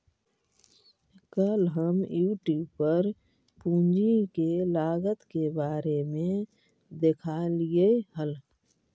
कल हम यूट्यूब पर पूंजी के लागत के बारे में देखालियइ हल